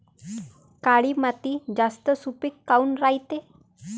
काळी माती जास्त सुपीक काऊन रायते?